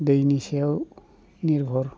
दैनि सायाव निरभर